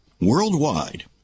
worldwide